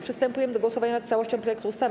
Przystępujemy do głosowania nad całością projektu ustawy.